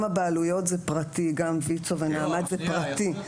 גם הבעלויות זה פרטי, גם ויצו ונעמת זה פרטי.